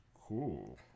cool